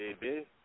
baby